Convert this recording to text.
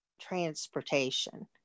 transportation